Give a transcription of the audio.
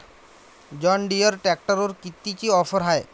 John Deere ट्रॅक्टरवर कितीची offer हाये?